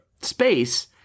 space